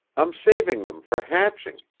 i'm saving them for hatching.